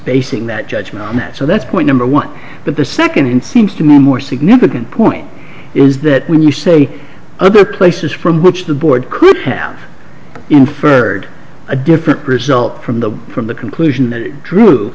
basing that judgment on that so that's point number one but the second seems to me more significant point is that when you say other places from which the board could have inferred a different result from the from the conclusion that is true